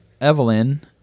Evelyn